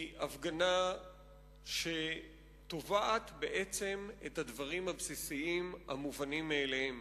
היא הפגנה שתובעת בעצם את הדברים הבסיסיים המובנים מאליהם.